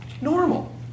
Normal